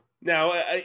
Now